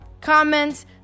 comments